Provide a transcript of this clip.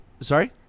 Sorry